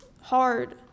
hard